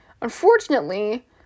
unfortunately